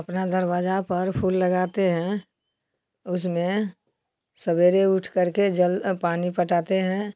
अपना दरवाजा पर फूल लगाते हैं उसमें सबेरे उठ करके जल पानी पटाते हैं